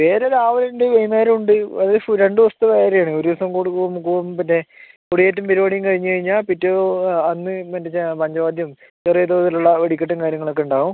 വേല രാവിലെ ഉണ്ട് വൈകുന്നേരം ഉണ്ട് അത് രണ്ടു ദിവസത്തെ വേലയാണ് ഒരു ദിവസം കൊടിയേറ്റം പരിപാടിയും കഴിഞ്ഞു കഴിഞ്ഞാൽ പിറ്റേ അന്ന് പഞ്ചവാദ്യം ചെറിയതോതിലുള്ള വെടിക്കെട്ടും കാര്യങ്ങളൊക്കെ ഉണ്ടാവും